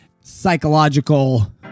psychological